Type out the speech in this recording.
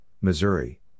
Missouri